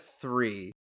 three